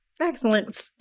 Excellent